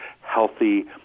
healthy